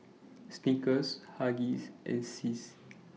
Snickers Huggies and Sis